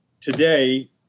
today